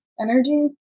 energy